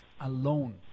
alone